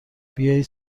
بیایید